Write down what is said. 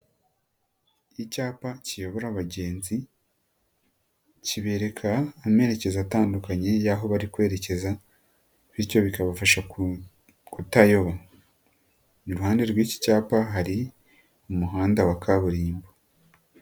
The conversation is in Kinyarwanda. Icyapa kiyobora abagenzi. Kibereka amerekezo atandukanye y'aho bari kwerekeza, bityo bikabafasha ku kutayoba. Iruhande rw'iki cyapa hari, umuhanda wa kaburimbo.